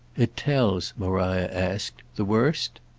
it tells, maria asked, the worst?